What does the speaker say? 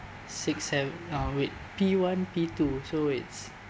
six se~ uh wait P one P two so it's